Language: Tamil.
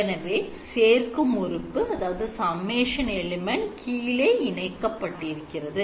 எனவே சேர்க்கும் உறுப்பு கீழே இணைக்கப் பட்டிருக்கிறது